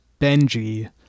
Benji